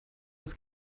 das